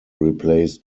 replaced